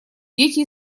дети